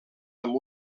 amb